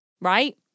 right